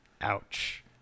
Ouch